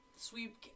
sweep